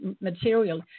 material